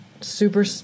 super